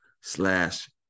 slash